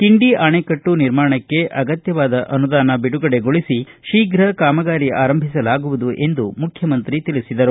ಕಿಂಡಿ ಅಣೆಕಟ್ಟು ನಿರ್ಮಾಣಕ್ಕೆ ಅಗತ್ಯವಾದ ಅನುದಾನ ಬಿಡುಗಡೆಗೊಳಿಸಿ ಶೀಘ ಕಾಮಗಾರಿ ಆರಂಭಿಸಲಾಗುವುದು ಎಂದು ಮುಖ್ಯಮಂತ್ರಿ ತಿಳಿಸಿದರು